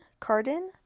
Cardin